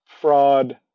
fraud